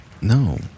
no